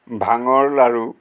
ভাঙৰ লাড়ু